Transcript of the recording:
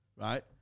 right